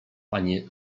panie